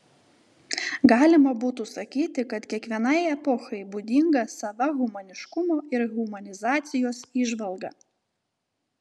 galima būtų sakyti kad kiekvienai epochai būdinga sava humaniškumo ir humanizacijos įžvalga